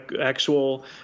actual